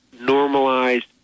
normalized